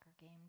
game